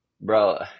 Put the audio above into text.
bro